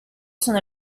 sono